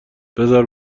بزار